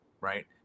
Right